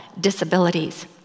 disabilities